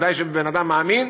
ודאי של אדם מאמין,